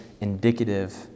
indicative